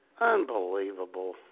unbelievable